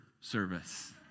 service